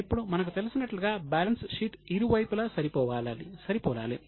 ఇప్పుడు మనకు తెలిసినట్లుగా బ్యాలెన్స్ షీట్ ఇరువైపుల సరిపోలాలి